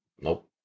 nope